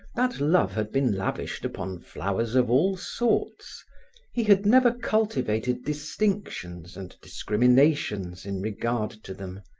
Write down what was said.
that love had been lavished upon flowers of all sorts he had never cultivated distinctions and discriminations in regard to them.